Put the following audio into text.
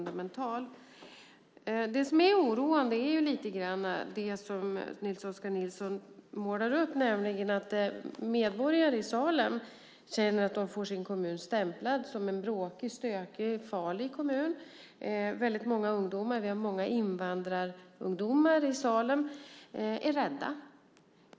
Det som är oroande är det som Nils Oskar Nilsson målar upp, nämligen att medborgare i Salem känner att de får sin kommun stämplad som en bråkig, stökig, farlig kommun. Väldigt många ungdomar - det bor många invandrarungdomar i Salem - är rädda.